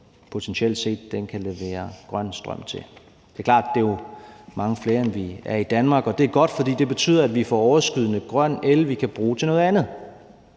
den potentielt set kan levere grøn strøm til. Det er klart, at det jo er mange flere, end vi er i Danmark, og det er godt, for det betyder, at vi får overskydende grøn el, som vi kan bruge til noget andet.